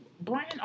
Brian